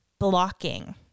blocking